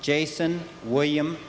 jason william